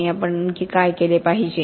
आणि आपण आणखी काय केले पाहिजे